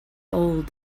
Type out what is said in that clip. old